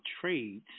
trades